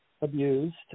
abused